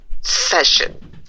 session